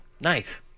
Nice